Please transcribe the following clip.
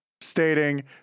Stating